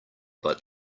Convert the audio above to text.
but